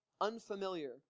unfamiliar